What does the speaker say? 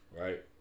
right